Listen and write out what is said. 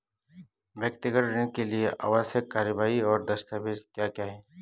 व्यक्तिगत ऋण के लिए आवश्यक कार्यवाही और दस्तावेज़ क्या क्या हैं?